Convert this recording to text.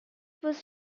was